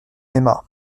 aima